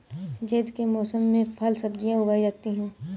ज़ैद के मौसम में फल सब्ज़ियाँ उगाई जाती हैं